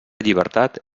llibertat